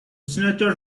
sénateur